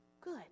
good